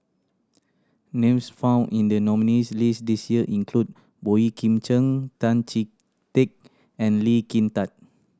names found in the nominees' list this year include Boey Kim Cheng Tan Chee Teck and Lee Kin Tat